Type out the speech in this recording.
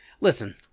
listen-